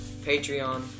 Patreon